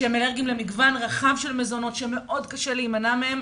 הם אלרגיים למגוון רחב של מזונות שמאוד קשה להימנע מהם,